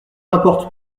importe